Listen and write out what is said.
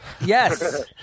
Yes